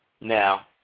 Now